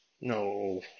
No